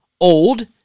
old